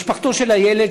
משפחתו של הילד,